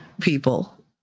people